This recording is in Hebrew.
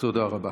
תודה רבה.